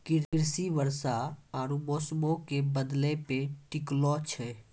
कृषि वर्षा आरु मौसमो के बदलै पे टिकलो छै